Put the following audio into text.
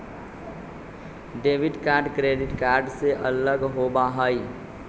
debit card credit card से अलग होबा हई